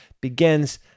begins